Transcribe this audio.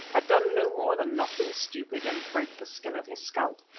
had done no more than knock him stupid and break the skin of his scalp,